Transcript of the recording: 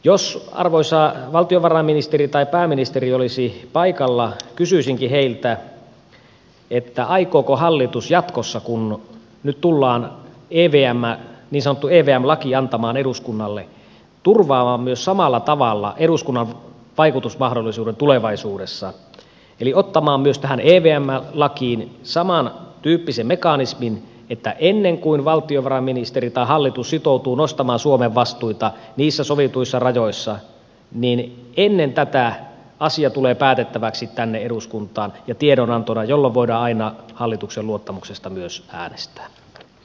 jos arvoisa valtiovarainministeri tai pääministeri olisi paikalla kysyisinkin heiltä aikooko hallitus jatkossa kun nyt tullaan niin sanottu evm laki antamaan eduskunnalle turvata myös samalla tavalla eduskunnan vaikutusmahdollisuuden tulevaisuudessa eli ottaa myös tähän evm lakiin samantyyppisen mekanismin että ennen kuin valtiovarainministeri tai hallitus sitoutuu nostamaan suomen vastuita niissä sovituissa rajoissa asia tulee päätettäväksi tänne eduskuntaan ja tiedonantona jolloin voidaan aina hallituksen luottamuksesta myös äänestää